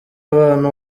abantu